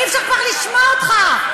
אי-אפשר כבר לשמוע אותך.